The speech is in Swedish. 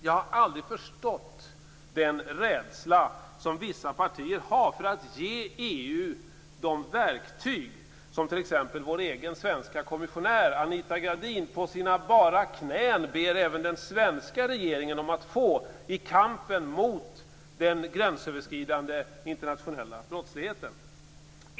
Jag har aldrig förstått den rädsla som vissa partier har för att ge EU de verktyg som t.ex. vår egen svenska kommissionär, Anita Gradin, på sina bara knän bett även den svenska regeringen om att få i kampen mot den gränsöverskridande internationella brottsligheten.